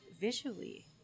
visually